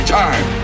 time